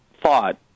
thought